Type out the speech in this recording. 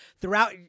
throughout